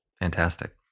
Fantastic